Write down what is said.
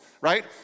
right